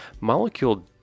Molecule